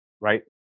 right